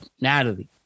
natalie